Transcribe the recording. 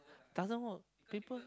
doesn't work people